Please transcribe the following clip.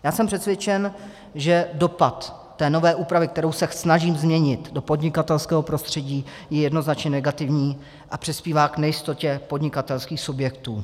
Já jsem přesvědčen, že dopad té nové úpravy, kterou se snažím změnit, do podnikatelského prostředí je jednoznačně negativní a přispívá k nejistotě podnikatelských subjektů.